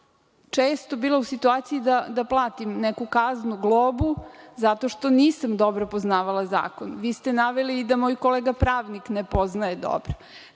često bila u situaciji da platim neku kaznu, globu zato što nisam dobro poznavala zakon. Naveli ste da moj kolega pravnik ne poznaje dobro.